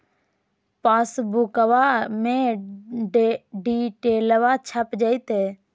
पासबुका में डिटेल्बा छप जयते?